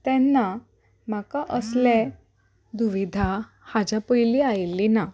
तेन्ना म्हाका असले दुविधा हाज्या पयलीं आयिल्ली ना